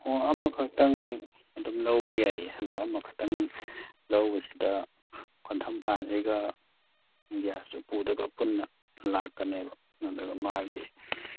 ꯑꯣ ꯑꯃꯈꯀꯇꯪ ꯑꯗꯨꯝ ꯂꯧꯕ ꯌꯥꯏꯌꯦ ꯑꯗꯨ ꯑꯃꯈꯛꯇꯪ ꯂꯧꯕꯁꯤꯗ ꯀꯣꯟꯊꯝ ꯐꯥꯟꯁꯤꯒ ꯒ꯭ꯌꯥꯁ ꯎꯄꯨꯗꯨꯒ ꯄꯨꯟꯅ ꯂꯥꯛꯀꯅꯦꯕ ꯑꯗꯨꯒ ꯃꯥꯒꯤ